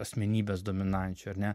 asmenybės dominančių ar ne